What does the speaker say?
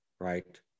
right